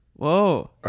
Whoa